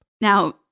Now